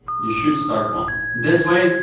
you should start one. this way,